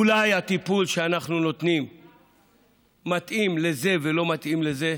אולי הטיפול שאנחנו נותנים מתאים לזה ולא מתאים לזה?